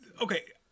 Okay